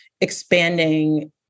expanding